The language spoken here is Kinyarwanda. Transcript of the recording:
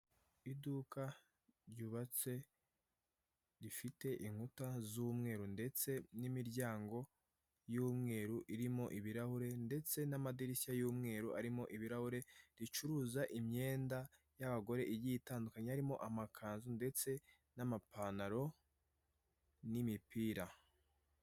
Iduka ryubatse rifite inkuta z'umweru ndetse n'imiryango y'umweru irimo ibirahure, ndetse n'amadirishya y'umweru arimo ibirahure, ricuruza imyenda y'abagore igiye itandukanye harimo amakanzu ndetse n'amapantaro, n'imipira.